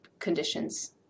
conditions